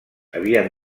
havien